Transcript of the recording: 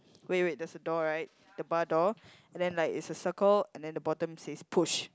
wait wait there's a door right the bar door and then like it's a circle and then the bottom says push